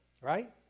right